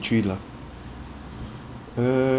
three lah err